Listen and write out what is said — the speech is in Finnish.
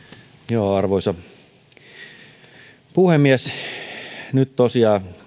arvoisa puhemies nyt tosiaan